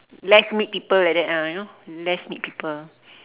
less meet people like that ah you know less meet people